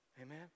Amen